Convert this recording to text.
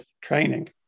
training